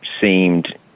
seemed